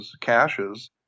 caches